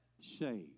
saved